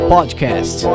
Podcast